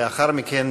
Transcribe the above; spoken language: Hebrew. לאחר מכן,